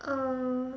uh